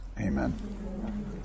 Amen